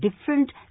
different